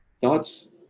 thoughts